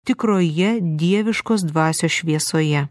tikroje dieviškos dvasios šviesoje